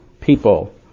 people